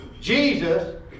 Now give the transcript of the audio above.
Jesus